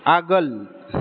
आगोल